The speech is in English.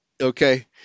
Okay